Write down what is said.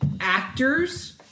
actors